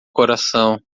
coração